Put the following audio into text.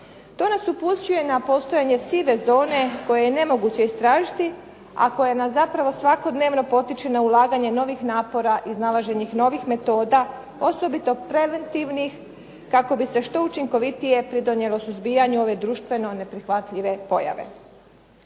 To nas upućuje na postojanje sive zone koje je nemoguće istražiti, a koje nas zapravo svakodnevno potiče na ulaganje novih napora, iznalaženje novih metoda, osobito preventivnih kako bi se što učinkovitije pridonijelo suzbijanju ove društveno neprihvatljive pojave.